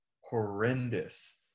horrendous